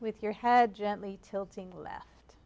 with your head gently tilting l